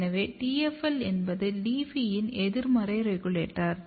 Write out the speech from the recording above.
எனவே TFL என்பது LEAFY இன் எதிர்மறை ரெகுலேட்டர்